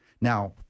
now